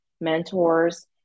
mentors